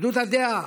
אחדות הדעה,